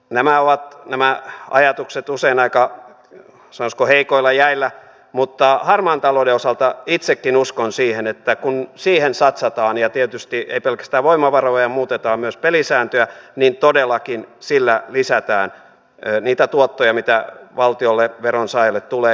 nämä ajatukset ovat usein aika sanoisiko heikoilla jäillä mutta harmaan talouden osalta itsekin uskon siihen että kun siihen satsataan ja tietysti ei pelkästään voimavaroja muutetaan myös pelisääntöjä niin todellakin sillä lisätään niitä tuottoja mitä valtiolle veronsaajalle tulee